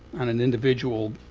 on an individual